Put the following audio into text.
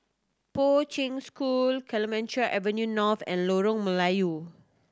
Poi Ching School Clemenceau Avenue North and Lorong Melaiyu